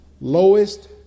lowest